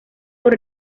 por